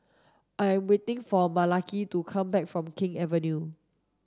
I am waiting for Malaki to come back from King Avenue